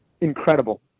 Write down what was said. incredible